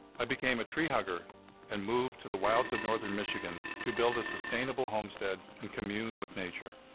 i became a tree hugger and moved to the wilds of northern michigan to build a sustainable homestead and commune with nature.